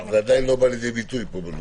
זה עדיין לא בא לידי ביטוי פה בנוסח.